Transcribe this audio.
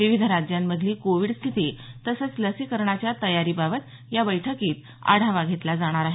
विविध राज्यांमधली कोविड स्थिती तसंच लसीकरणीच्या तयारीबाबत या बैठकीत आढावा घेतला जाणार आहे